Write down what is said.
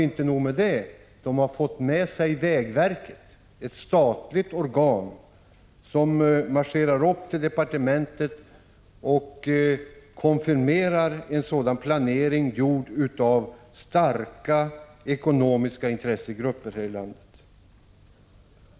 Inte nog med det: de har fått med sig vägverket, ett statligt organ, som marscherar till departementet och konfirmerar denna planering, gjord av starka ekonomiska intressegrupper här i landet!